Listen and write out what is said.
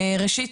ראשית,